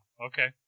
okay